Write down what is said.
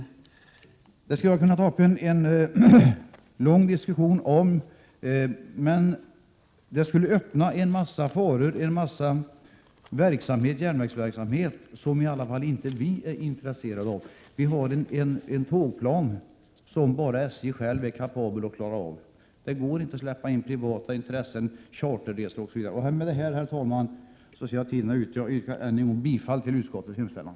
Det är en fråga där vi skulle kunna föra en lång diskussion. Jag skall bara säga att det skulle öppna möjligheter till en del järnvägsverksamheter som i alla fall vi inte är intresserade av. Vi har en tågplan som bara SJ självt är kapabelt att klara av. Det går inte att släppa in privata intressen, charterresor osv. Med detta, herr talman, yrkar jag än en gång bifall till utskottets hemställan.